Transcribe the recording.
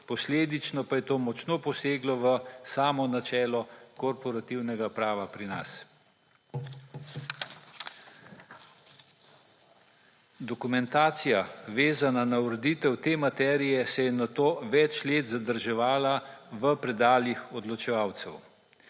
posledično pa je to močno poseglo v samo načelo korporativnega prava pri nas. Dokumentacija, vezana na ureditev te materije, se je nato več let zadrževala v predalih odločevalcev.